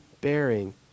bearing